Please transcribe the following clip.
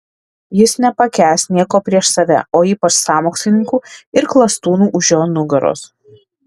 jis nepakęs nieko prieš save o ypač sąmokslininkų ir klastūnų už jo nugaros